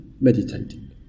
meditating